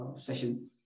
session